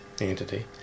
entity